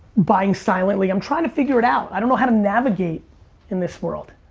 buying silently, i'm trying to figure it out. i don't know how to navigate in this world.